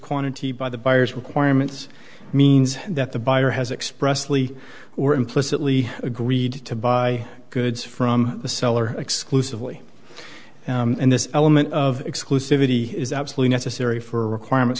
quantity by the buyer's requirements means that the buyer has expressly or implicitly agreed to buy goods from the seller exclusively and this element of exclusivity is absolutely necessary for requirements